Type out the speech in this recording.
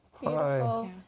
Beautiful